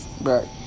Right